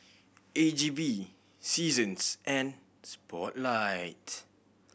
A G V Seasons and Spotlight